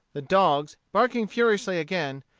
the dogs, barking furiously again,